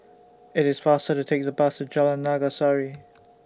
IT IS faster to Take The Bus to Jalan Naga Sari